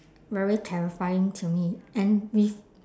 very terrifying to me and with